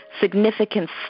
significant